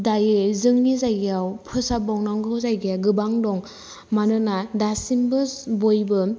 दायो जोंनि जायगायाव फोसाब बावनांगौ जायगाया गोबां दं मानोना दासिमबो बयबो